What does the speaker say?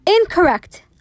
Incorrect